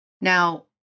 Now